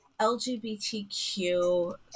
LGBTQ